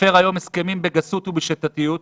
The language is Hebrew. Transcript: מפר היום הסכמים בגסות ובשיטתיות.